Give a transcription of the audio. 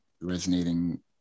resonating